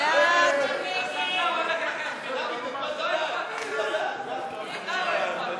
ההסתייגות (35) של קבוצת סיעת יש עתיד וחברת הכנסת אורלי